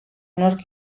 nork